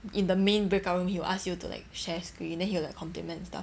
in the main break out room he will ask you to like share screen then he'll like compliment and stuff